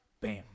Bam